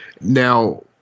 Now